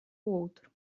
outro